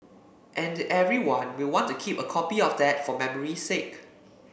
and everyone will want to keep a copy of that for memory's sake